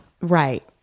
Right